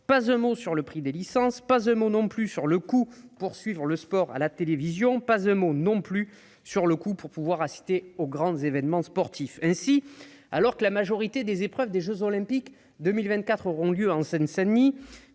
pas un mot sur le prix des licences, pas un mot sur le coût pour suivre le sport à la télévision, pas un mot non plus sur le coût pour assister à de grands événements sportifs. Ainsi, alors que la majorité des épreuves des jeux Olympiques de 2024 auront lieu en Seine-Saint-Denis,